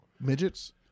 midgets